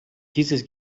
dieses